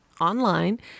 Online